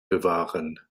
bewahren